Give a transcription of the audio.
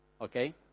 Okay